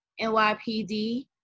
NYPD